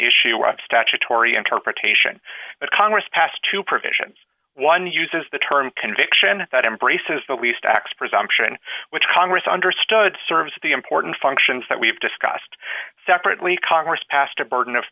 issue of statutory interpretation but congress passed two provisions one uses the term conviction that embraces the least acts presumption which congress understood serves the important functions that we've discussed separately congress passed a burden of